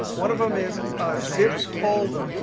one of them is ah zipped folder.